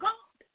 God